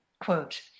quote